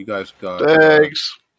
Thanks